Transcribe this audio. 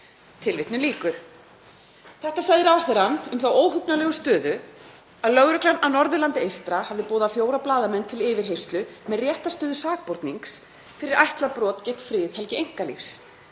gefi skýrslu?“ Þetta segir ráðherrann um þá óhugnanlegu stöðu að lögreglan á Norðurlandi eystra hafi boðað fjóra blaðamenn til yfirheyrslu með réttarstöðu sakbornings fyrir ætlað brot gegn friðhelgi einkalífs.